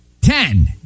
Ten